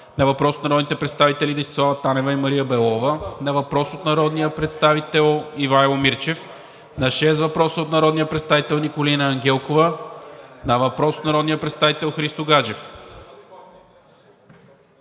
на въпрос от народните представители Десислава Танева и Мария Белова; на въпрос от народния представител Ивайло Мирчев; на шест въпроса от народния представител Николина Ангелкова; на въпрос от народния представител Христо Гаджев;